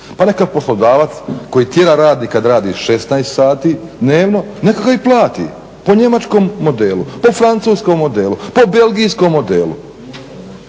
pa neka poslodavac koji tjera radnika da radi 16 sati dnevno, neka ga i plati po njemačkom modelu, po francuskom modelu, po belgijskom modelu,